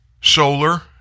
solar